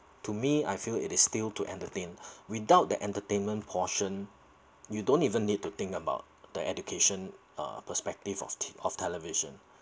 to me I feel it is still to entertain without the entertainment portion you don't even need to think about the education uh perspective of t~ of television